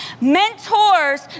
Mentors